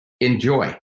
enjoy